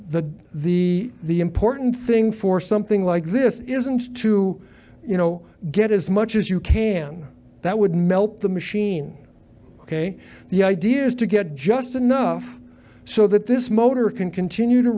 the the the important thing for something like this isn't to you know get as much as you can that would melt the machine ok the idea is to get just enough so that this motor can continue to